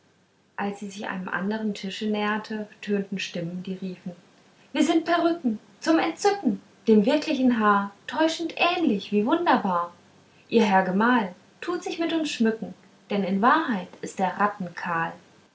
als sie sich einem andern tische näherte tönten stimmen die riefen wir sind perücken zum entzücken dem wirklichen haar täuschend ähnlich wie wunderbar ihr herr gemahl tut sich mit uns schmücken denn in wahrheit ist er